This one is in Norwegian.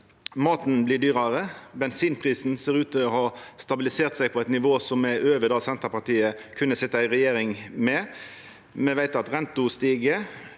Maten blir dyrare, bensinprisen ser ut til å ha stabilisert seg på eit nivå som er over det Senterpartiet kunne sitja i regjering med, me veit at renta stig,